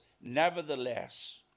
nevertheless